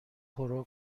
پرو